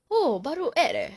oh baru add eh